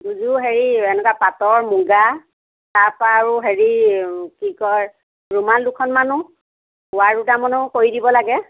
দুযোৰ হেৰি এনেকুৱা পাটৰ মুগাৰ তাৰপৰা আৰু হেৰি কি কয় ৰুমাল দুখনমানো ওৱাৰ দুটামানো কৰি দিব লাগে